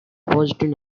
positive